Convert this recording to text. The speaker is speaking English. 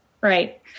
Right